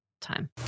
time